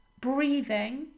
breathing